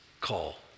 call